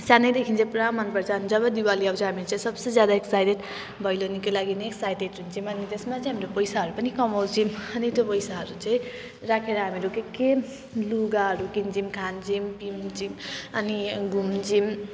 सानैदेखि चाहिँ पुरा मनपर्छ अनि जब दिवाली आउँछ हामीहरू चाहिँ सबसे ज्यादा एक्साइटेड भैलेनीको लागि नै एक्साइटेड हुन्छौँ अनि त्यसमा चाहिँ हामीले पैसाहरू पनि कमाउँछौँ अनि त्यो पैसाहरू चाहिँ राखेर हामीहरू के के लुगाहरू किन्छौँ खान्छौँ पिउँछौँ अनि घुम्छौँ